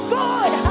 good